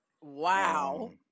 wow